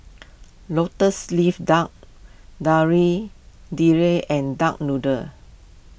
Lotus Leaf Duck Kari Debal and Duck Noodle